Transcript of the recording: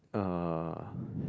uh